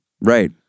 Right